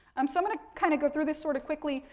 um so i'm going to kind of go through this, sort of, quickly.